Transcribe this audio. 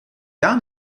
gar